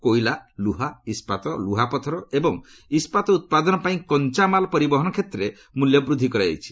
କୋଇଲା ଲୁହା ଇସ୍କାତ ଲୁହାପଥର ଏବଂ ଇସ୍କାତ ଉତ୍ପାଦନପାଇଁ କଞ୍ଜାମାଲ ପରିବହନ କ୍ଷେତ୍ରରେ ମୂଲ୍ୟ ବୃଦ୍ଧି କରାଯାଇଛି